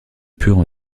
purent